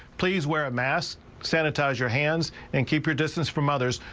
please wear a mask sanitize your hands and keep your distance from others,